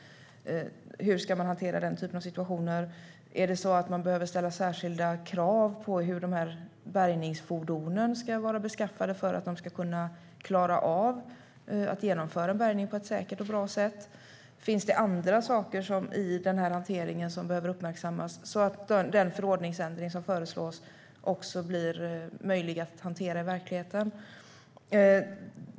Hur ska man hantera den typen av situationer? Behöver man ställa särskilda krav på hur bärgningsfordonen ska vara beskaffade för att man ska kunna klara av att genomföra en bärgning på ett säkert och bra sätt? Finns det andra saker i hanteringen som behöver uppmärksammas så att den förordningsändring som föreslås också blir möjlig att hantera i verkligheten?